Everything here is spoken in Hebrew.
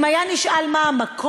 אם היה נשאל מה המקור,